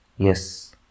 Yes